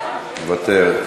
מוותר.